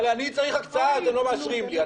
אבל אני צריך הקצאה אתם לא מאשרים לי.